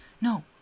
No